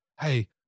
hey